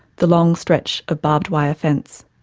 the long stretch of barbed-wire fence,